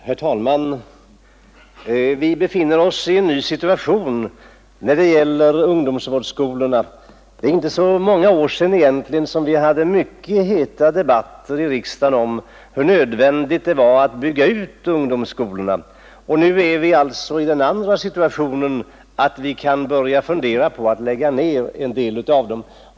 Herr talman! Vi befinner oss i en ny situation när det gäller ungdomsvårdsskolorna. Det är egentligen inte så många år sedan vi förde mycket heta debatter i riksdagen om hur nödvändigt det var att bygga ut ungdomsvårdsskolorna — och nu är vi alltså i den motsatta situationen och kan börja fundera på att lägga ned en del av dem.